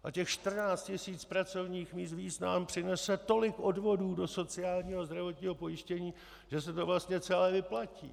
A těch 14 tisíc pracovních míst víc nám přinese tolik odvodů do sociálního a zdravotního pojištění, že se to vlastně celé vyplatí...